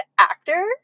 actor